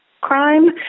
crime